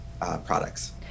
products